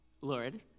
Lord